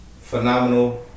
phenomenal